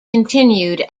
continued